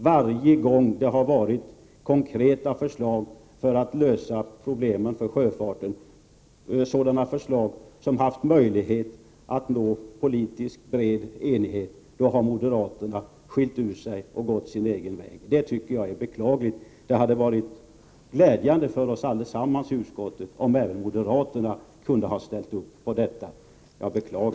Varje gång som konkreta förslag för att lösa problemen för sjöfarten har legat på riksdagens bord, förslag för vilka man haft möjlighet att nå bred politisk enighet, har moderaterna hittat på något annat och gått sin egen väg. Det tycker jag alltså är beklagligt. Det hade varit glädjande för oss alla i utskottet om även moderaterna hade kunnat ställa upp på detta förslag.